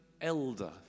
elder